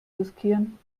riskieren